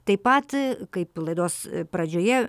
taip pat kaip laidos pradžioje